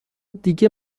دیگه